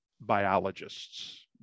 biologists